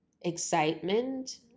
excitement